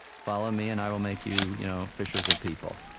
follow me and i will make you you know fishers of people.